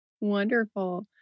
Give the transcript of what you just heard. Wonderful